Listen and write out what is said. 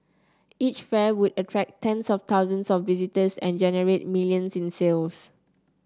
each fair would attract tens of thousands of visitors and generate millions in sales